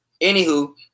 anywho